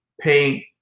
paint